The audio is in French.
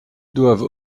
doivent